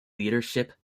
leadership